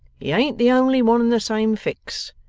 he ain't the only one in the same fix.